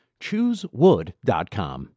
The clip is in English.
Choosewood.com